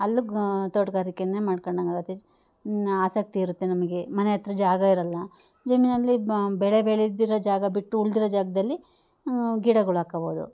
ಅಲ್ಲಿ ತೋಟಗಾರಿಕೇ ಮಾಡ್ಕೊಂಡಂಗಾಗತ್ತೆ ಆಸಕ್ತಿ ಇರುತ್ತೆ ನಮಗೆ ಮನೆ ಹತ್ರ ಜಾಗ ಇರೊಲ್ಲ ಜಮೀನಲ್ಲಿ ಬೆಳೆ ಬೆಳೆದಿರೋ ಜಾಗ ಬಿಟ್ಟು ಉಲಿದಿರೋ ಜಾಗದಲ್ಲಿ ಗಿಡಗಳ್ ಹಾಕಬೋದು